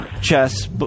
Chess